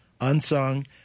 unsung